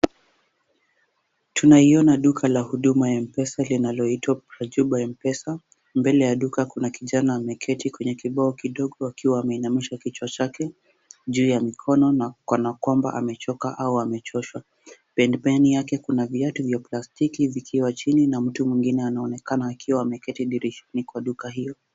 Tunaiona duka ya huduma ya M-pesa linaloitwa Dr.Ajuba M-pesa, mbele ya duka kuna kijana ameketi kwenye kibao kidogo akiwa ameinamisha kichwa chake juu ya mikono na kana kwamba amechoka au amechoshwa. Pembeni yake kuna viatu vya plastiki vikiwa chini na mtu mwingine anaonekana akiwa ameketi dirishani kwa duka hiyo.